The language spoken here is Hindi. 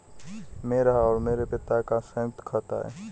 मेरा और मेरे पति का संयुक्त खाता है